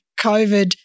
COVID